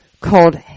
called